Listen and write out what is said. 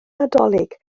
nadolig